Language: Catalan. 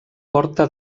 porta